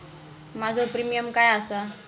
माझो प्रीमियम काय आसा?